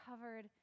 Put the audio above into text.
covered